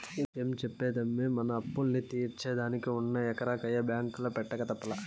ఏం చెప్పేదమ్మీ, మన అప్పుల్ని తీర్సేదానికి ఉన్న ఎకరా కయ్య బాంకీల పెట్టక తప్పలా